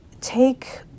take